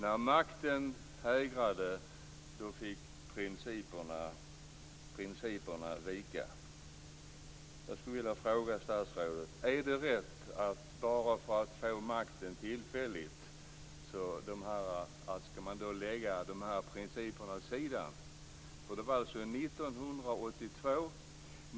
När makten hägrade fick principerna vika. Jag skulle vilja fråga statsrådet: Är det rätt att man bara för att få makten tillfälligt skall lägga de här principerna åt sidan? För detta var alltså 1982.